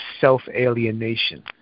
self-alienation